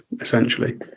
essentially